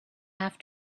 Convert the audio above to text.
have